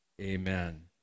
Amen